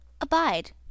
abide